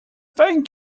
thank